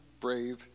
brave